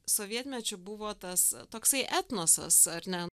sovietmečiu buvo tas toksai etnosas ar ne